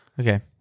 Okay